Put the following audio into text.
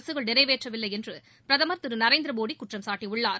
அரசுகள் நிறைவேற்றவில்லை என்று பிரதம் திரு நரேந்திரமோடி குற்றம்சாட்டியுள்ளார்